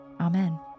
amen